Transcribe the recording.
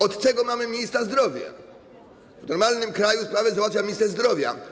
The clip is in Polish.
Od tego mamy ministra zdrowia, w normalnym kraju sprawę załatwia minister zdrowia.